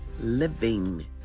living